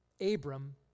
Abram